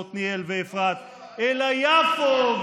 עתניאל ואפרת אלא יפו,